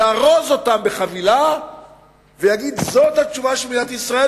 יארוז אותם בחבילה ויגיד: זאת התשובה של מדינת ישראל,